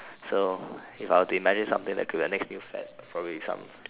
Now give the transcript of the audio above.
so if I were to imagine something that could be the next new fad will probably some